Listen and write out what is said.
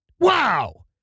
Wow